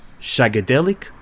shagadelic